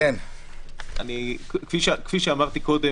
כפי שאמרתי קודם,